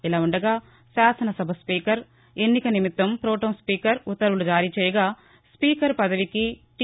ఇలా ఉండగా శాసనసభ స్పీకర్ ఎన్నిక నిమిత్తం పొటెం స్పీకర్ ఉత్తర్వులు జారీచేయగా స్పీకర్ పదవికి టీ